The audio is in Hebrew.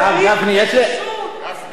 גפני, הרב גפני.